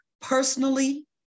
personally